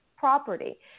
property